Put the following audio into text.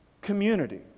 community